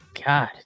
God